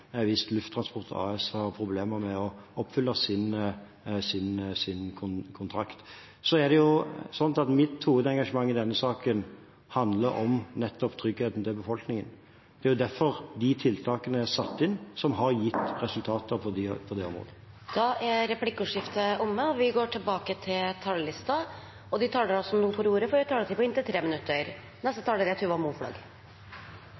hvis Lufttransport AS har problemer med å oppfylle sin kontrakt. Mitt hovedengasjement i denne saken handler nettopp om tryggheten til befolkningen. Det er derfor de tiltakene er satt inn, som har gitt resultater på det området. Replikkordskiftet er omme. De talere som heretter får ordet, har en taletid på inntil 3 minutter.